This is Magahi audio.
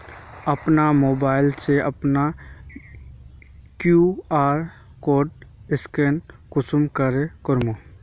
अपना मोबाईल से अपना कियु.आर कोड स्कैन कुंसम करे करूम?